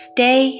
Stay